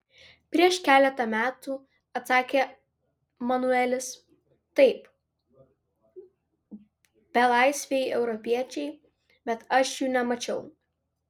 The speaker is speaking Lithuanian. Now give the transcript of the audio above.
prieš keletą metų atsakė manuelis taip belaisviai europiečiai bet aš jų nemačiau